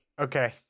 Okay